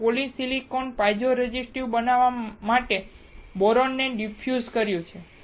આપણે polysilicon piezo resistive બનાવવા માટે બોરોન ને ડિફ્યુઝ કર્યું છે